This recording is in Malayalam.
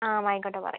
ആ ആയിക്കോട്ടെ പറയാം